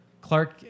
Clark